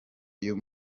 uyu